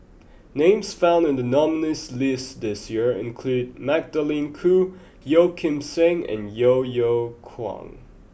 names found in the nominees' list this year include Magdalene Khoo Yeo Kim Seng and Yeo Yeow Kwang